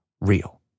real